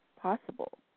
Possible